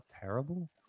terrible